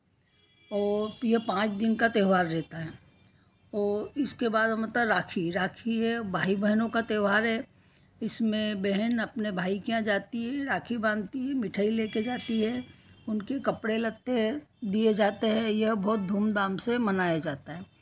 और यह पाँच दिन का त्योहार रहता है और इसके बाद में राखी राखी है भाई बहनों का त्योहार है इसमें बहन अपने भाई के यहाँ जाती है राखी बांधती है मिठाई लेकर जाती है उनके कपड़े लत्ते दिए जाते हैं यह बहुत धूम धाम से मनाया जाता है